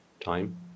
time